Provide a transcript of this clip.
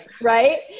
right